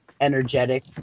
energetic